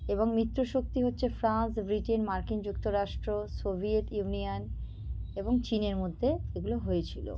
এবং মিত্র শক্তি হচ্ছে ফ্রান্স ব্রিটেন মার্কিন যুক্তরাষ্ট্র সোভিয়েত ইউনিয়ন এবং চীনের মধ্যে এগুলো হয়েছিল